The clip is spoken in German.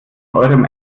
eurem